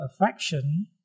affection